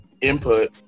input